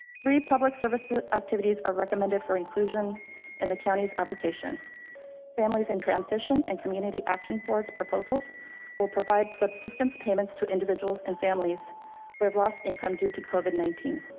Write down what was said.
republic services. activities are recommended for inclusion and the county's application families and transition and community action boards proposals will provide subsistence payments to individuals and families who have lost income due to covid nineteen.